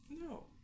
no